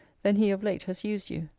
than he of late has used you.